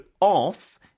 off